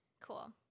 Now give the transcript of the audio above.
Cool